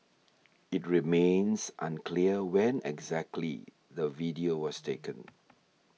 it remains unclear when exactly the video was taken